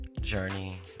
journey